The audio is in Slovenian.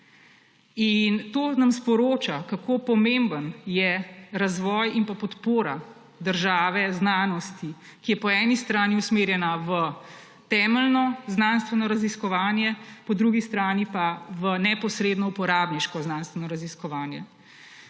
In to nam sporoča, kako pomemben je razvoj in pa podpora države znanosti, ki je po eni strani usmerjena v temeljno znanstveno raziskovanje, po drugi strani pa v neposredno uporabniško znanstveno raziskovanje.